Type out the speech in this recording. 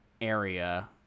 area